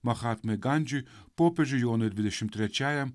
mahatmai gandžiui popiežiui jonui dvidešim trečiajam